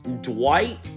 Dwight